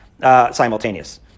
simultaneous